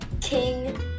king